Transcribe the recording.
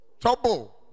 Trouble